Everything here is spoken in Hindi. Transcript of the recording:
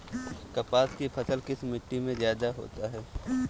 कपास की फसल किस मिट्टी में ज्यादा होता है?